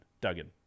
Duggan